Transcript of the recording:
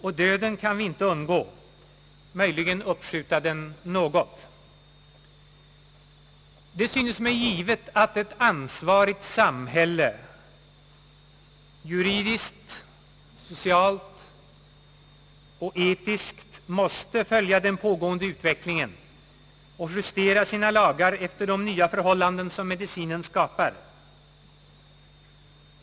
Döden kan vi inte undgå, möjligen uppskjuta den något. Det synes mig givet att ett juridiskt, socialt och etiskt ansvarigt samhälle måste följa den pågående utvecklingen och justera sina lagar efter de nya förhållanden som medicinen skapar.